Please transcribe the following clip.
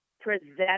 present